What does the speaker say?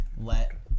let